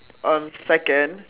uh second